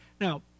Now